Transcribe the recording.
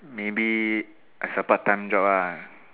maybe as a part time job lah